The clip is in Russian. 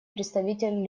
представитель